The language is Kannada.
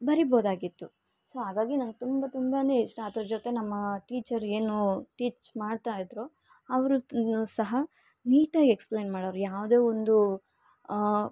ಬರಿಬೋದಾಗಿತ್ತು ಸೊ ಹಾಗಾಗಿ ನಂಗೆ ತುಂಬ ತುಂಬಾ ಇಷ್ಟ ಅದ್ರ ಜೊತೆ ನಮ್ಮ ಟೀಚರ್ ಏನು ಟೀಚ್ ಮಾಡ್ತಾಯಿದ್ರು ಅವರು ಸಹ ನೀಟಾಗಿ ಎಕ್ಸ್ಪ್ಲೇನ್ ಮಾಡೋರು ಯಾವುದೆ ಒಂದು